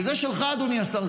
וזה שלך, אדוני השר.